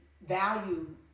value